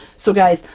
so guys,